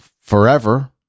Forever